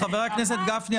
חבר הכנסת גפני,